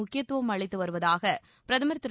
முக்கியத்துவம்அளித்து வருவதாக பிரதமர் திரு